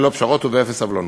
ללא פשרות ובאפס סובלנות.